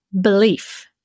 belief